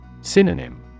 Synonym